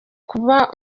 kuba